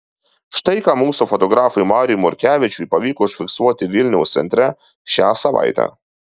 štai ką mūsų fotografui mariui morkevičiui pavyko užfiksuoti vilniaus centre šią savaitę